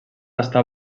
està